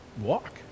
walk